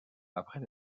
après